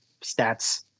stats